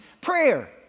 prayer